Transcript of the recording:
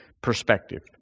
perspective